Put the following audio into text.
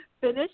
Finish